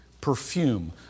perfume